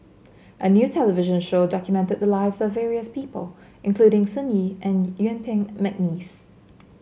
a new television show documented the lives of various people including Sun Yee and Yuen Peng McNeice